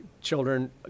children